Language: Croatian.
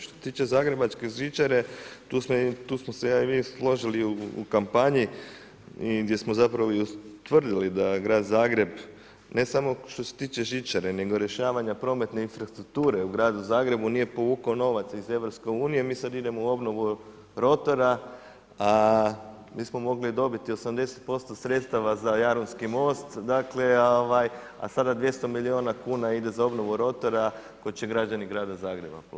Što se tiče zagrebačke žičare, tu smo se ja i vi složili u kampanji gdje smo zapravo utvrdili da Zagreb ne samo što se tiče žičare nego rješavanje prometne infrastrukture u gradu Zagrebu nije povukao novac iz EU-a, mi sad idemo u obnovu rotora, mi smo mogli dobiti 80% sredstva za Jadranski most, dakle a sada 200 milijuna kuna ide za obnovu rotora koji će građani grada Zagreba platiti.